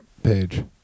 Page